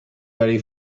very